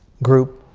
group.